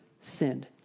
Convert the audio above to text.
sinned